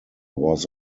was